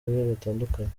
batandukanye